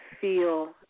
feel